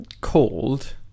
called